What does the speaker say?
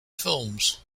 films